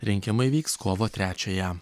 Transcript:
rinkimai vyks kovo trečiąją